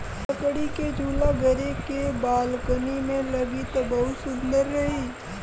लकड़ी के झूला घरे के बालकनी में लागी त बहुते सुंदर रही